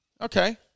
Okay